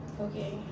Okay